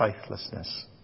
faithlessness